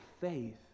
faith